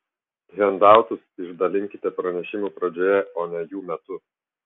hendautus išdalinkite pranešimų pradžioje o ne jų metu